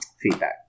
feedback